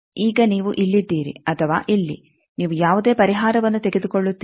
ಈಗ ನೀವು ಇಲ್ಲಿದ್ದೀರಿ ಅಥವಾ ಇಲ್ಲಿ ನೀವು ಯಾವುದೇ ಪರಿಹಾರವನ್ನು ತೆಗೆದುಕೊಳ್ಳುತ್ತೀರಿ